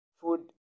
food